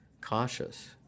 cautious